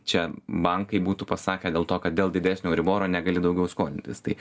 čia bankai būtų pasakę dėl to kad dėl didesnio euriboro negali daugiau skolintis tai